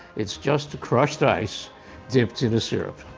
it's just crushed ice dipped in syrup.